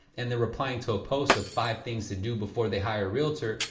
and they're replying to a post of five things to do before they hire a realtor.